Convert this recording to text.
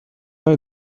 هایی